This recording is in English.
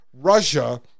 Russia